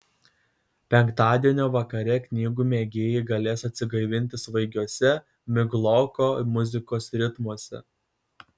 penktadienio vakare knygų mėgėjai galės atsigaivinti svaigiuose migloko muzikos ritmuose